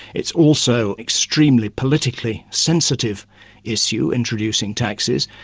it's also extremely politically sensitive issue introducing taxes,